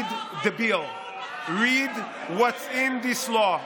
read the bill, read what's in this law.